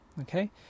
Okay